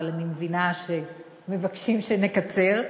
אבל אני מבינה שמבקשים שנקצר.